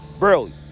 Barely